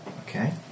Okay